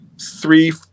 three